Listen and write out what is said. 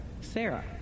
Sarah